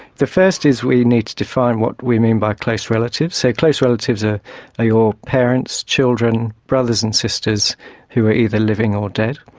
the first is we need to define what we mean by close relatives, so close relatives ah are your parents, children, brothers and sisters who are either living or dead.